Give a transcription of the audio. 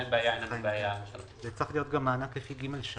זה צריך להיות מענק לפי פרק ג3,